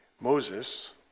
Moses